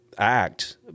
act